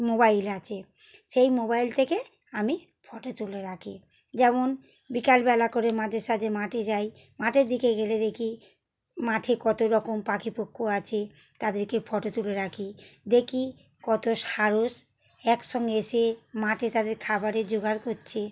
mobile আছে সেই mobile থেকে আমি ফটো তুলে রাখি যেমন বিকালবেলা করে মাঝে সাজে মাঠে যাই মাঠের দিকে গেলে দেখি মাঠে কতো রকম পাখি পক্কু আছে তাদেরকে ফটো তুলে রাখি দেখি কতো সারস একসঙ্গে এসে মাঠে তাদের খাবারের জোগাড় করছে